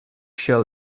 shall